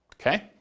Okay